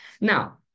Now